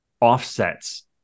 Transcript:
offsets